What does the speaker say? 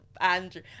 Andrew